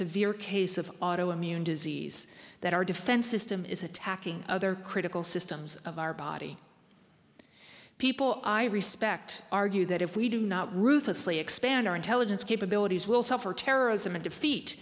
severe case of auto immune disease that our defense system is attacking other critical systems of our body people i respect argue that if we do not ruthlessly expand our intelligence capabilities will suffer